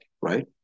right